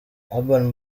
urban